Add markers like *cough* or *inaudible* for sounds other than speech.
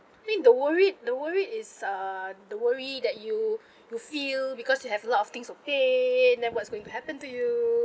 mean the worried the worry is uh the worry that you *breath* you feel because you have a lot of things to pay then what's going to happen to you